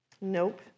Nope